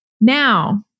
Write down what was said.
Now